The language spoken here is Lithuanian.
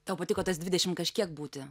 tau patiko tas dvidešim kažkiek būti